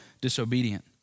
disobedient